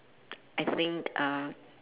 I think uh